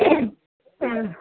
ആ